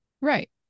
right